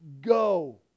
go